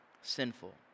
sinful